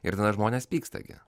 ir tada žmonės pyksta gi